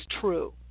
true